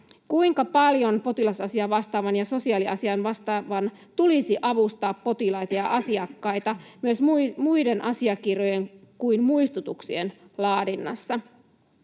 kuinka paljon potilasasia-vastaavan ja sosiaaliasiavastaavan tulisi avustaa potilaita ja asiakkaita myös muiden asiakirjojen kuin muistutuksien laadinnassa.